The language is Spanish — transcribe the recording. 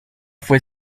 fue